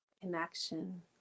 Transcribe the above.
connection